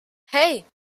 hey